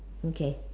okay